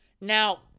now